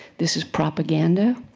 this is propaganda,